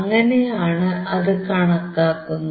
അങ്ങനെയാണ് അത് കണക്കാക്കുന്നത്